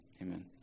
Amen